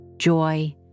Joy